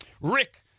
Rick